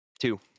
Two